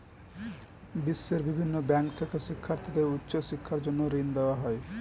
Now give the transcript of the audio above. বিশ্বের বিভিন্ন ব্যাংক থেকে শিক্ষার্থীদের উচ্চ শিক্ষার জন্য ঋণ দেওয়া হয়